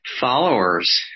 followers